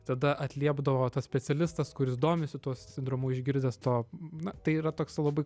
tada atliepdavo tas specialistas kuris domisi tuo sindromu išgirdęs to na tai yra toks labai